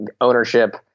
ownership